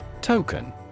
Token